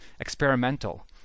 experimental